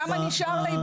כמה נשאר לה?